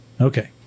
Okay